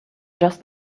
just